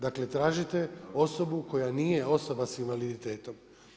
Dakle tražite osobu koja nije osoba sa invaliditetom.